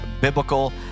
biblical